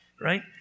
right